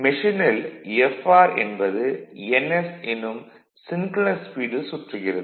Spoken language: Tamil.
மெஷினில் Fr என்பது ns என்னும் சின்க்ரனஸ் ஸ்பீடில் சுற்றுகிறது